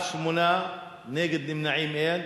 בעד, 8, נגד, אין, נמנעים, אין.